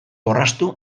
orraztu